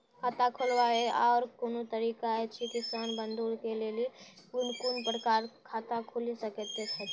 खाता खोलवाक आर कूनू तरीका ऐछि, किसान बंधु के लेल कून कून प्रकारक खाता खूलि सकैत ऐछि?